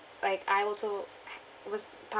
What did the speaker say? like I've also it was